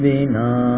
Vina